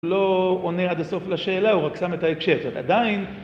הוא לא עונה עד הסוף לשאלה, הוא רק שם את ההקשר, זאת אומרת עדיין...